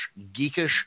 geekish